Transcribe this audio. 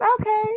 okay